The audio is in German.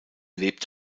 lebt